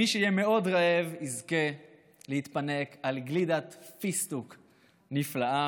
מי שיהיה מאוד רעב יזכה להתפנק על גלידת פיסטוק נפלאה,